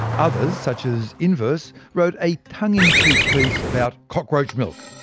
others, such as inverse, wrote a tongue-in-cheek piece about cockroach milk.